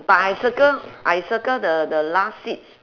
but I circle I circle the the last seats